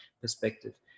perspective